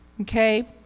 Okay